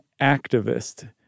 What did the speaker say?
activist